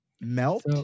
melt